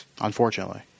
Unfortunately